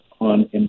on